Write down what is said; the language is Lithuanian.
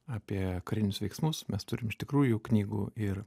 apie karinius veiksmus mes turim iš tikrųjų knygų ir